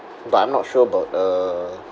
but I'm not sure about uh